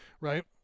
Right